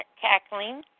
cackling